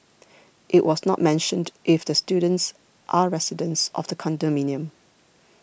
it was not mentioned if the students are residents of the condominium